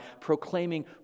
proclaiming